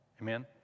Amen